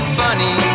funny